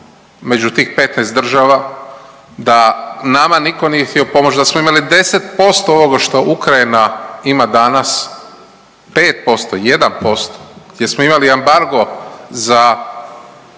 među tih 15 država, da nama niko nije htio pomoć, da smo imali 10% ovoga što Ukrajina ima danas, 5%, 1%, gdje smo imali embargo za